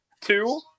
Two